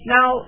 Now